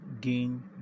gain